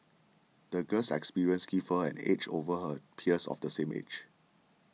the girl's experiences gave her an edge over her peers of the same age